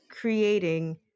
creating